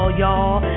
y'all